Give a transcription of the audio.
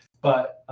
but